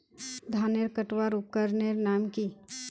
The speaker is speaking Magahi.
धानेर कटवार उपकरनेर नाम की?